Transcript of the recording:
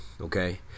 Okay